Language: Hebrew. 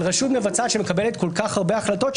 רשות מבצעת שמקבלת כל כך הרבה החלטות,